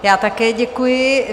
Já také děkuji.